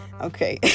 Okay